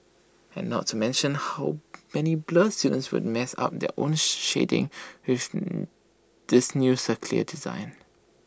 and not to mention how many blur students will mess up their own shading with this new circular design